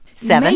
seven